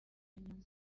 nyuma